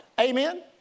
Amen